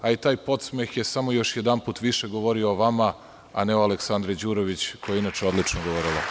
Taj podsmeh je samo još jedanput više govorio o vama, a ne o Aleksandri Đurović, kojaje inače odlično govorila.